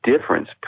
difference